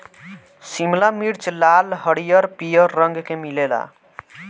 शिमला मिर्च लाल, हरिहर, पियर रंग के मिलेला